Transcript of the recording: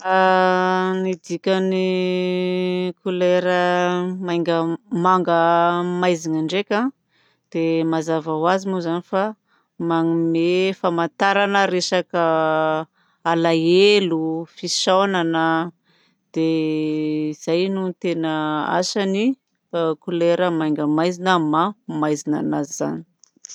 Ny dikan'ny couleur manga maizina ndraika dia mazava ho azy moa zany fa manome famantarana resaka alahelo fisaonana. Dia zay no tena asan'ny couleur manga maizina amin'y maha maizina anazy izany.